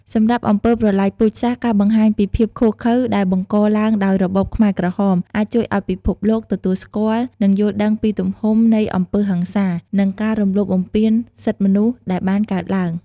សម្រាប់អំពើប្រល័យពូជសាសន៍ ការបង្ហាញពីភាពឃោរឃៅដែលបង្កឡើងដោយរបបខ្មែរក្រហម អាចជួយឱ្យពិភពលោកទទួលស្គាល់ និងយល់ដឹងពីទំហំនៃអំពើហិង្សា និងការរំលោភបំពានសិទ្ធិមនុស្សដែលបានកើតឡើង។